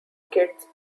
kids